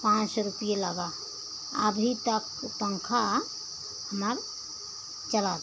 पाँच रुपिया लगा अभी तक पंखा हमारा चलता है